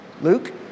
Luke